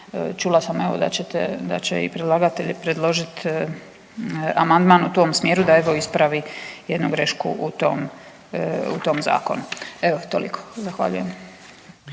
da ćete, da će i predlagatelji predložit amandman u tom smjeru da evo ispravi jednu grešku u tom, u tom zakonu. Evo toliko, zahvaljujem.